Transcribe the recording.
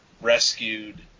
rescued